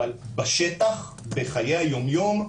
אבל בשטח בחיי היום יום,